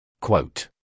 Quote